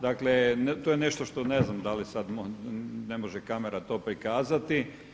Dakle, to je nešto što ne znam da li sad ne može kamera to prikazati.